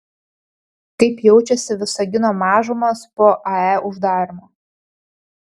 kaip jaučiasi visagino mažumos po ae uždarymo